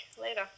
later